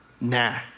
Nah